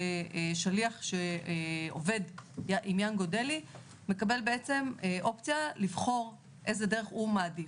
שליח שעובד עם ינגו דלי מקבל אופציה לבחור איזו דרך הוא מעדיף.